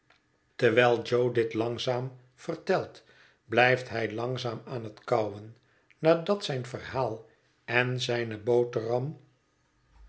terwijl jo dit langzaam vertelt blijft hij langzaam aan het kauwen nadat zijn verhaal en zijne boterham